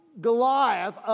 Goliath